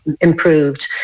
improved